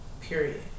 period